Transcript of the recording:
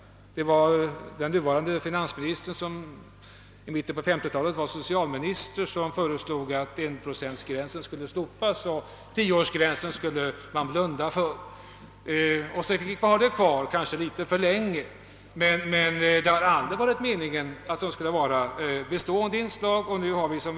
I mitten på 1950-talet föreslog den dåvarande socialministern — vår nuvarande finansminister — att enprocentsgränsen skulle slopas; man blundade då för den ursprungliga tanken att räntesubventionerna skulle upphöra efter tio år. Sedan kom kanske subventionerna att bli kvar litet för länge, men det har aldrig varit meningen att de skuile utgöra ett bestående inslag i bostadspolitiken.